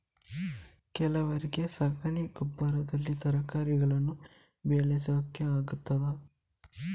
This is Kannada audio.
ಕೇವಲ ಸಗಣಿ ಗೊಬ್ಬರದಲ್ಲಿ ತರಕಾರಿಗಳನ್ನು ಬೆಳೆಸಲಿಕ್ಕೆ ಆಗ್ತದಾ?